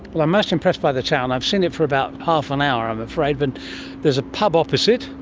well, i'm most impressed by the town, i've seen it for about half an hour i'm afraid, but there's a pub opposite,